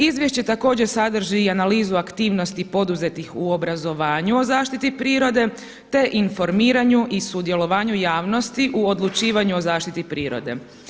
Izvješće također sadrži i analizu aktivnosti poduzetih u obrazovanju o zaštiti prirode te informiranju i sudjelovanju javnosti u odlučivanju o zaštiti prirode.